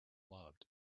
loved